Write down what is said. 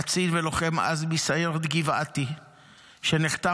קצין ולוחם עז מסיירת גבעתי שנחטף